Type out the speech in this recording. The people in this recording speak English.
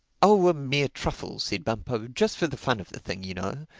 oh a mere truffle, said bumpo just for the fun of the thing, you know.